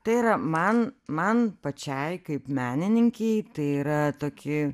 tai yra man man pačiai kaip menininkei tai yra tokį